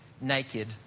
naked